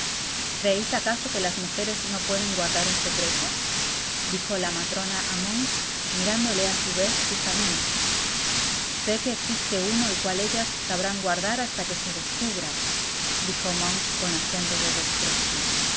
creeis acaso que las mujeres no puedan guardar un secreto dijo la matrona á monks mirándole á su vez fijamente se que ecsiste uno el cual ellas sabrán guardar hasta que sé descubra dijo monks con acento de desprecio